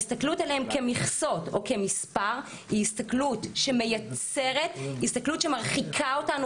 ההסתכלות עליהם כמכסות או כמספר היא הסתכלות שמרחיקה אותנו